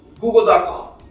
google.com